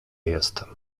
jestem